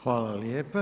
Hvala lijepa.